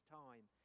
time